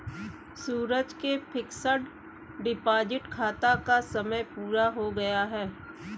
सूरज के fixed deposit खाता का समय पूरा हो गया है